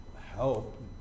help